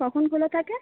কখন খোলা থাকে